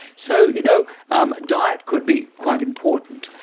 so you know um diet could be quite important.